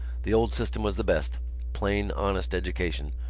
the old system was the best plain honest education.